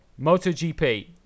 MotoGP